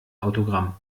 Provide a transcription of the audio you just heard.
autogramm